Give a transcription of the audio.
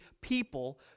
people